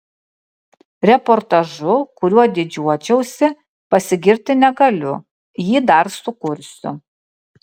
reportažu kuriuo didžiuočiausi pasigirti negaliu jį dar sukursiu